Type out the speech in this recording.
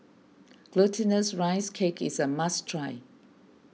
Glutinous Rice Cake is a must try